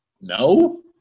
No